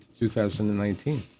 2019